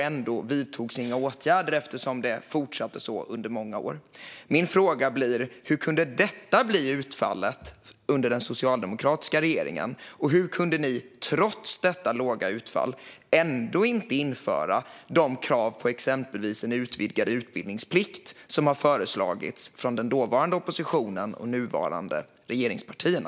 Ändå vidtogs inga åtgärder, utan det fortsatte så under många år. Mina frågor blir: Hur kunde detta bli utfallet under den socialdemokratiska regeringen? Och hur kom det sig att ni, trots detta låga utfall, inte införde de förslag om exempelvis utvidgad utbildningsplikt som lagts fram av den dåvarande oppositionen och de nuvarande regeringspartierna?